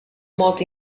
mod